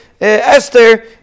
Esther